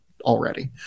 already